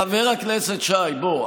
חבר הכנסת שי, בוא.